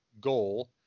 goal